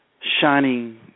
Shining